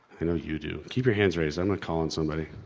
i know you do. keep your hands raised, i might call on somebody.